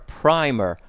primer